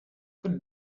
put